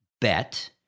bet